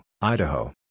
Idaho